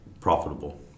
profitable